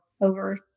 over